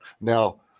Now